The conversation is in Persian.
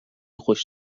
خوش